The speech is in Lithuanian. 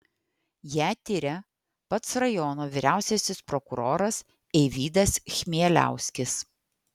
ją tiria pats rajono vyriausiasis prokuroras eivydas chmieliauskis